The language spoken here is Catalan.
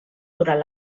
durant